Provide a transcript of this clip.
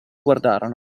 guardarono